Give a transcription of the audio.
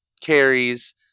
carries